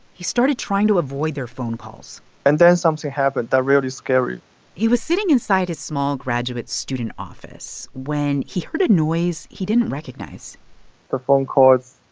he started trying to avoid their phone calls and then something happened that's really scary he was sitting inside his small graduate student office when he heard a noise he didn't recognize the phone calls.